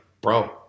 bro